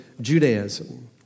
Judaism